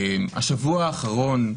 השבוע האחרון,